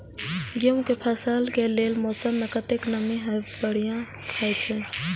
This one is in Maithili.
गेंहू के फसल के लेल मौसम में कतेक नमी हैब बढ़िया होए छै?